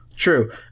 true